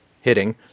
hitting